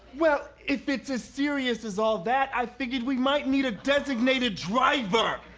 well, if it's as serious as all that, i figured we might need a designated driver!